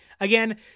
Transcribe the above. Again